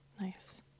Nice